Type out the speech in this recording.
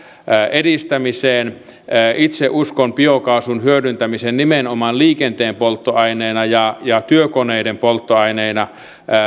edistämiseen itse uskon biokaasun hyödyntämiseen nimenomaan liikenteen polttoaineena ja ja työkoneiden polttoaineena